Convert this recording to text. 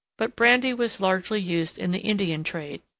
but brandy was largely used in the indian trade,